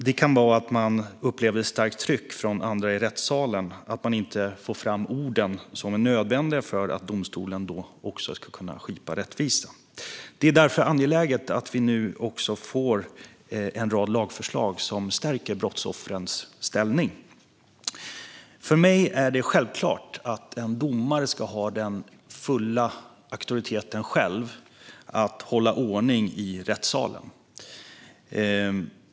Det kan vara så att man upplever ett starkt tryck från andra i rättssalen och inte får fram de ord som är nödvändiga för att domstolen ska kunna skipa rättvisa. Det är därför angeläget att vi nu får en rad lagförslag som stärker brottsoffrens ställning. För mig är det självklart att en domare själv ska ha den fulla auktoriteten att hålla ordning i rättssalen.